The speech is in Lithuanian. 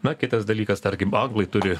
na kitas dalykas tarkim anglai turi